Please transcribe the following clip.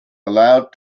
allowed